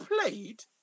played